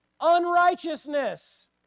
unrighteousness